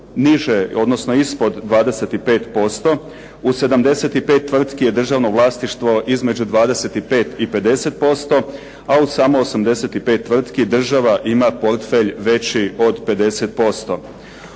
U 75 tvrtki je državno vlasništvo između 25 i 50%, a u samo 85 tvrtki država ima portfelj veći od 50%.